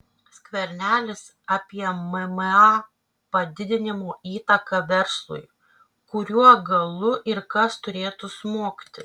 skvernelis apie mma padidinimo įtaką verslui kuriuo galu ir kas turėtų smogti